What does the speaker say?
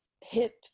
hip